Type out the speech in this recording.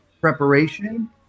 preparation